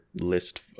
list